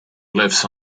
glyphs